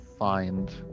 find